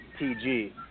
TG